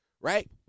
Right